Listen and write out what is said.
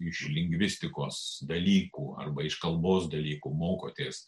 iš lingvistikos dalykų arba iš kalbos dalykų mokotės